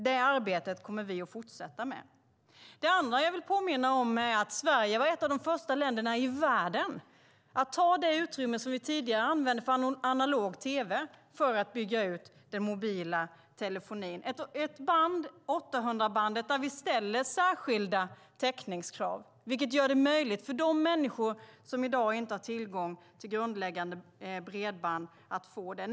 Det arbetet kommer vi att fortsätta med. Det andra jag vill påminna om är att Sverige var ett av de första länderna i världen att ta det utrymme som vi tidigare använde för analog tv till att bygga ut den mobila telefonin. Det är alltså ett band, 800-bandet, där vi ställer särskilda täckningskrav, vilket gör det möjligt för de människor som i dag inte har tillgång till grundläggande bredband att få det.